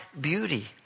beauty